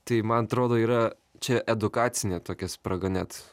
tai man atrodo yra čia edukacine tokia spraga net